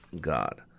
God